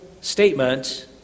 statement